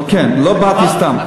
אבל כן, לא באתי סתם.